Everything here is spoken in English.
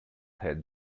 had